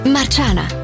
Marciana